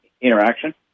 interaction